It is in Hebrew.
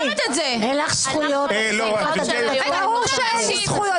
אין לך זכויות --- ברור שאין לי זכויות.